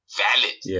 valid